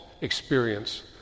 experience